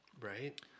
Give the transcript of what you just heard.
Right